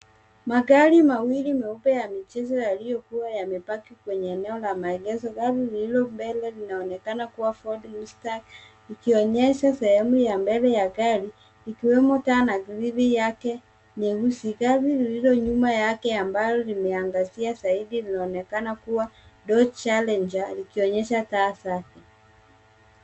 Magari mawili meupe ya michezo yaliyokuwa yamepaki kwenye eneo la maegesho. Gari lililo mbele linaonekana kuwa Fird Mustang ikionyesha sehemu ya mbele ya gari ikiwemo taa na yake nyeusi. Gari lililo nyuma yake ambayo limeangazia zaidi linaonekana kuwa Dot challenger ikionyesha taa zake.